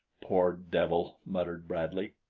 poor devil! muttered bradley.